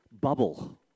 bubble